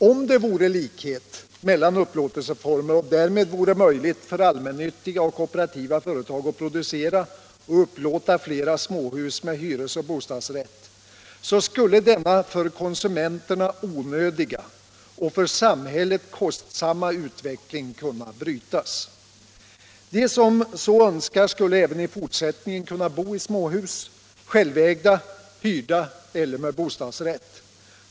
Om det vore likhet mellan olika upplåtelseformer och därmed möjligt för allmännyttiga och kooperativa företag att producera och upplåta flera småhus med hyresoch bostadsrätt, skulle denna för konsumenterna onödiga och för samhället kostsamma utveckling kunna brytas. De som så önskar skulle även i fortsättningen kunna bo i småhus — självägda, hyrda eller med bostadsrätt.